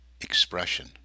Expression